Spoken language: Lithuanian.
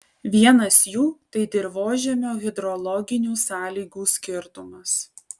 vienas jų tai dirvožemio hidrologinių sąlygų skirtumas